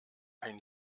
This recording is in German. ein